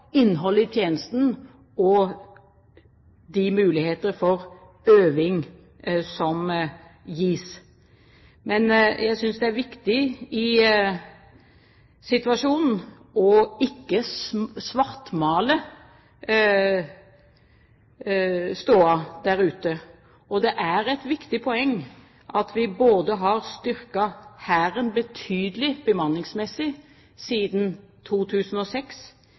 innholdet i tjenesten og de muligheter for øving som gis. Men jeg synes det er viktig i situasjonen ikke å svartmale stoda der ute. Det er et viktig poeng at vi både har styrket Hæren betydelig bemanningsmessig siden 2006,